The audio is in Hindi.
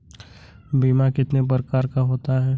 बीमा कितने प्रकार का होता है?